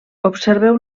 observeu